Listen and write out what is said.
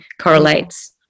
correlates